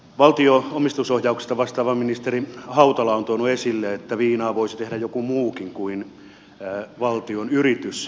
valtion omistusohjauksesta vastaava ministeri hautala on tuonut esille että viinaa voisi tehdä joku muukin kuin valtion yritys